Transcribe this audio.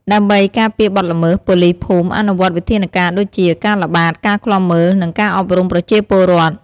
ដើម្បីការពារបទល្មើស ប៉ូលីសភូមិអនុវត្តវិធានការដូចជា ការល្បាត ការឃ្លាំមើល និងការអប់រំប្រជាពលរដ្ឋ។